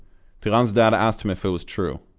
tiran's dad asked him if it was true,